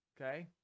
okay